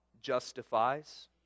justifies